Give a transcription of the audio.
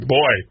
boy